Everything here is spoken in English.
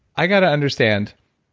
i got to understand,